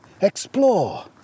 Explore